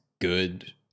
good